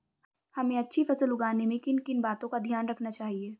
हमें अच्छी फसल उगाने में किन किन बातों का ध्यान रखना चाहिए?